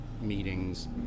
meetings